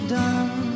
done